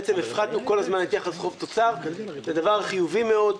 בעצם הפחתנו כל הזמן את יחס חוב תוצר זה דבר חיובי מאוד.